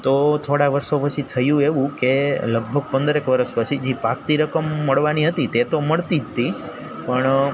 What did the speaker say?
તો થોડા વર્ષો પછી થયું એવું કે લગભગ પંદરેક વર્ષ પછી જી પાકતી રકમ મળવાની હતી તે તો મળતી જ હતી પણ